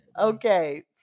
Okay